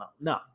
no